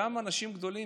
גם אנשים גדולים,